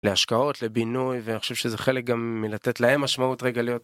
להשקעות לבינוי ואני חושב שזה חלק גם מלתת להם משמעות רגע להיות.